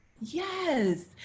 Yes